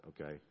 okay